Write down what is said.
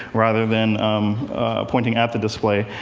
rather than pointing at the display.